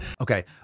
Okay